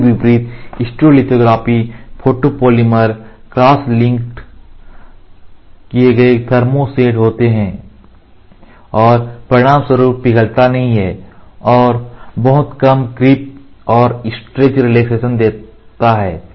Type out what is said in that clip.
इसके विपरीत stereolithography photopolymer crosslinked किए गए थर्मो सेट होते हैं और परिणामस्वरूप पिघलता नहीं है और बहुत कम क्रीप और स्ट्रेस रिलैक्सेशन देता है